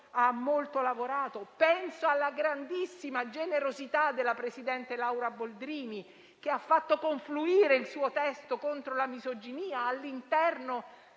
ha molto lavorato. Penso alla grandissima generosità della presidente Laura Boldrini, che ha fatto confluire il suo testo contro la misoginia all'interno